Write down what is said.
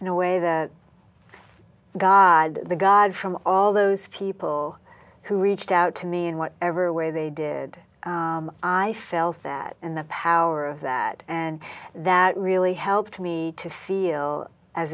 in a way the god the god from all those people who reached out to me in whatever way they did i felt that in the power of that and that really helped me to feel as